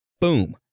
Boom